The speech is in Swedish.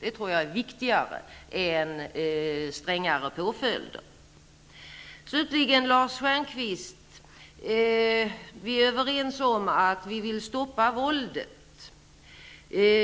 Det tror jag är viktigare än strängare påföljder. Slutligen Lars Stjernkvist. Vi är överens om att vi vill stoppa våldet.